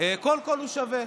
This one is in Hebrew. כל קול הוא שווה.